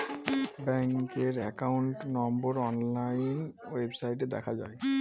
ব্যাঙ্কের একাউন্ট নম্বর অনলাইন ওয়েবসাইটে দেখা যায়